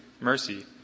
mercy